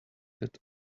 that